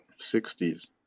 60s